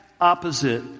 opposite